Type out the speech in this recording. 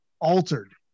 altered